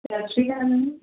Sat Sri Akal ma'am